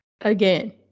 again